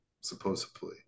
Supposedly